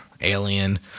Alien